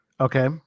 Okay